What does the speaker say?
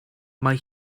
mae